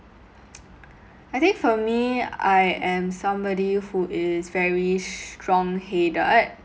I think for me I am somebody who is very strong headed